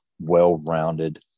well-rounded